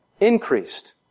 increased